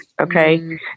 Okay